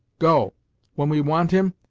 go when we want him,